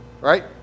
right